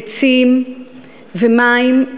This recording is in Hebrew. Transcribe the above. ביצים ומים,